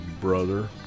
brother